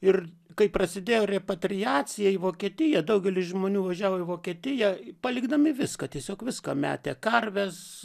ir kai prasidėjo repatriacija į vokietiją daugelis žmonių važiavo į vokietiją palikdami viską tiesiog viską metę karves